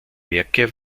werke